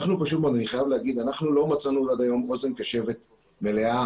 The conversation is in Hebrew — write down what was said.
אני חייב להגיד שעד היום לא מצאנו אוזן קשבת מלאה